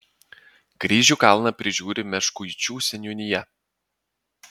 kryžių kalną prižiūri meškuičių seniūnija